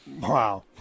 Wow